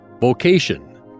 Vocation